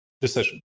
decision